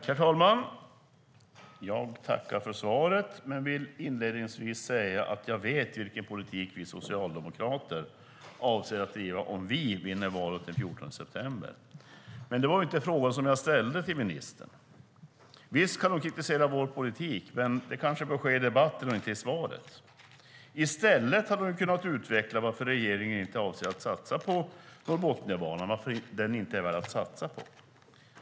Herr talman! Jag tackar för svaret! Inledningsvis vill jag säga att jag vet vilken politik vi socialdemokrater avser att driva om vi vinner valet den 14 september. Men det var inte frågan jag ställde till ministern. Visst kan hon kritisera vår politik, men det bör ske i debatten och inte i hennes svar. I stället hade hon kunnat utveckla varför regeringen inte avser att satsa på Norrbotniabanan. Varför är den inte värd att satsa på?